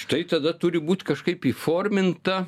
štai tada turi būt kažkaip įforminta